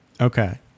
Okay